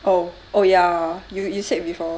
oh oh ya you you said before